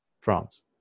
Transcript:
France